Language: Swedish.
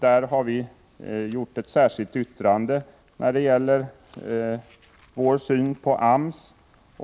Här har moderaterna ett särskilt yttrande, där det redogörs för vår syn på AMS.